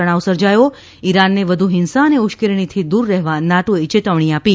તણાવ સર્જાથો ઇરાનને વધુ હિંસા અને ઉશ્કેરણીથી દૂર રહેવા નાટોએ ચેતવણી આપી